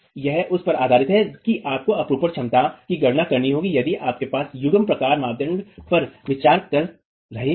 यह उस पर आधारित है कि आपको अपरूपण क्षमता की गणना करनी होगी यदि आप एक युग्म प्रकार मानदंड पर विचार कर रहे हैं